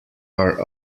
are